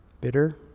bitter